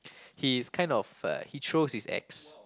he's kind of uh he throws his axe